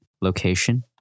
location